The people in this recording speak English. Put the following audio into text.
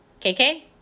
KK